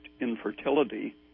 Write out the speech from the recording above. infertility